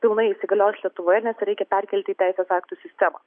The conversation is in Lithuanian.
pilnai įsigaliojus lietuvoje nes reikia perkelti į teisės aktų sistemą